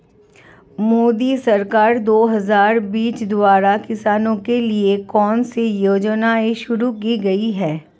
मोदी सरकार दो हज़ार बीस द्वारा किसानों के लिए कौन सी योजनाएं शुरू की गई हैं?